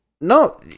No